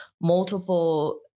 multiple